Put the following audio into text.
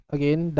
Again